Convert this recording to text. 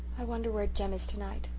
i wonder where jem is tonight,